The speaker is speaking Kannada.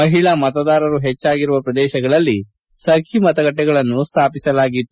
ಮಹಿಳಾ ಮತದಾರರು ಹೆಚ್ಚಾಗಿರುವ ಪ್ರದೇಶಗಳಲ್ಲಿ ಸಖಿ ಮತಗಟ್ಟೆ ಗಳನ್ನು ಸ್ಥಾಪಿಸಲಾಗಿತ್ತು